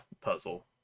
puzzle